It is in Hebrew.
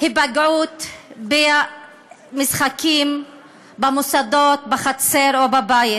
היפגעות במשחקים במוסדות, בחצר או בבית.